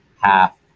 half